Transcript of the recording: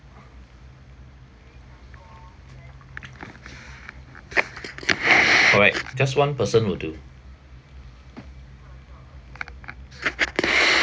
correct just one person will do